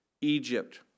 Egypt